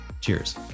Cheers